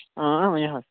آ ؤنِو حظ